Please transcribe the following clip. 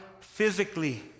Physically